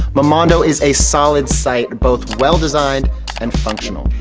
momondo is a solid site both well designed and functional.